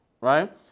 right